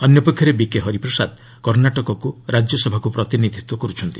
ଅନ୍ୟପକ୍ଷରେ ବିକେ ହରିପ୍ରସାଦ କର୍ଷାଟକକୁ ରାଜ୍ୟସଭାକୁ ପ୍ରତିନିଧିତ୍ୱ କରୁଛନ୍ତି